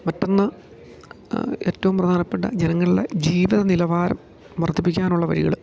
മറ്റൊന്ന് ഏറ്റവും പ്രധാനപ്പെട്ട ജനങ്ങളുടെ ജീവിത നിലവാരം വർധിപ്പിക്കാനുള്ള വഴികൾ